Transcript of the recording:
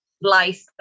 life